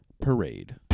Parade